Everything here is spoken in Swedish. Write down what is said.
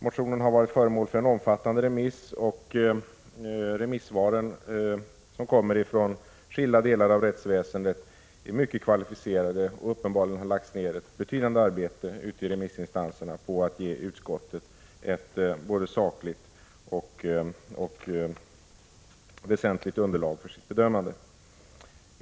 Motionen har varit föremål för en omfattande remiss och de remissvar som kommer från skilda delar av rättsväsendet är mycket kvalificerade. Det har uppenbarligen lagts ned ett betydande arbete inom remissinstanserna på att ge utskottet ett både sakligt och välgrundat underlag för dess bedömning.